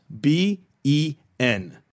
b-e-n